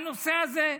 הנושא הזה?